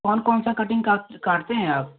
कौन कौन सा कटिंग काट काटते हैं आप